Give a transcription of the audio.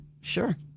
sure